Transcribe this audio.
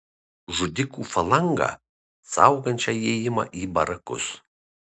žudikų falangą saugančią įėjimą į barakus